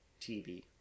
TV